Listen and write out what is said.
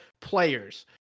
players